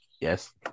Yes